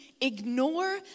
ignore